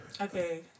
okay